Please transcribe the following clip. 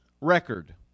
record